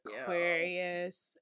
Aquarius